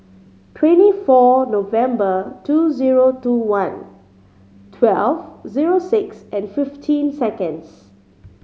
twenty four November two zero two one twelve zero six and fifteen seconds